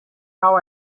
how